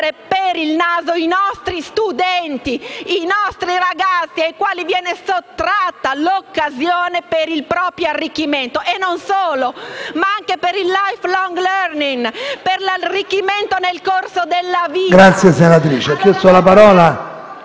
per il naso i nostri studenti, i nostri ragazzi, ai quali viene sottratta l'occasione per il proprio arricchimento e non solo, ma anche per il *life long learning*, per l'arricchimento nel corso della vita…